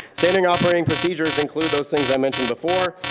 standard operating procedures include those things i mentioned before,